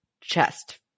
chest